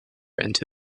into